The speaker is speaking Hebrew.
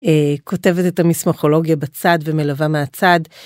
אה כותבת את המסמכולוגיה בצד ומלווה מהצד.